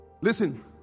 listen